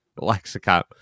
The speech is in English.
lexicon